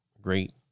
great